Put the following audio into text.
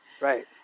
Right